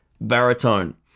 Baritone